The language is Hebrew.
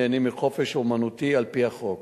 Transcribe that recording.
נהנים מחופש אמנותי על-פי החוק.